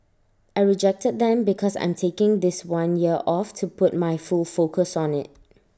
I rejected them because I'm taking this one year off to put my full focus on IT